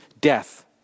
death